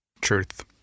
Truth